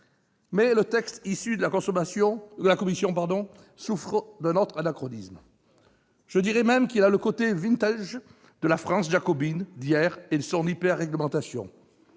le texte issu de la commission souffre d'un autre anachronisme : il a le côté «» de la France jacobine d'hier et de son hyper-réglementation.